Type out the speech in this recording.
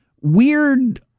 weird